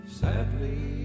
sadly